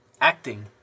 acting